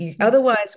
otherwise